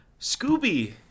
Scooby